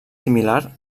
similar